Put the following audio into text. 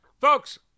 folks